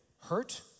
hurt